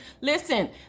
Listen